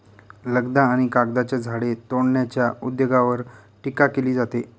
लगदा आणि कागदाच्या झाडे तोडण्याच्या उद्योगावर टीका केली जाते